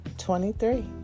23